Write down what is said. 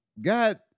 God